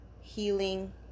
healing